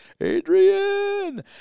Adrian